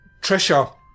Trisha